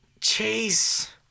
chase